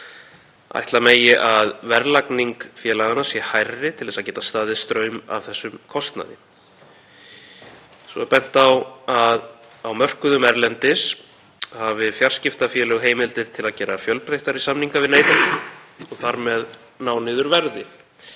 Ætla má að verðlagning félaganna sé hærri til þess að geta staðið straum af þessum kostnaði. Á mörkuðum erlendis hafa fjarskiptafélög heimildir til þess að gera fjölbreyttari samninga við neytendur og þar með ná niður verðum,